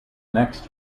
next